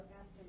asked